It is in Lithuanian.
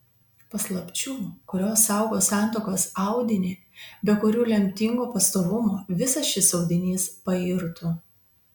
paslapčių kurios saugo santuokos audinį be kurių lemtingo pastovumo visas šis audinys pairtų